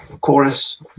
Chorus